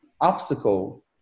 Obstacle